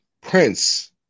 Prince